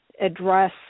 address